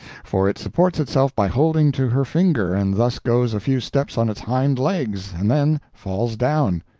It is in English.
for it supports itself by holding to her finger, and thus goes a few steps on its hind legs, and then falls down.